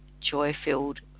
joy-filled